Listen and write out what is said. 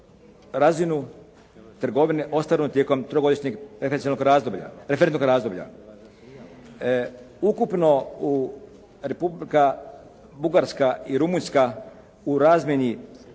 razinu trgovine ostvarenu tijekom trogodišnjeg …/Govornik se ne razumije./… razdoblja. Ukupno Republika Bugarska i Rumunjska u razmjeni,